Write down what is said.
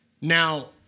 Now